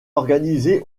organisé